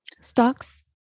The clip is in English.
stocks